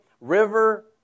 River